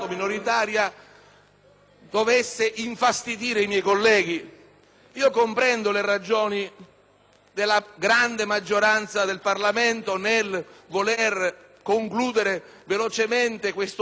dovesse infastidire i miei colleghi. Comprendo le ragioni della grande maggioranza del Parlamento che vuole concludere velocemente questo *iter* legislativo